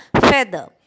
feather